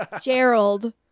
Gerald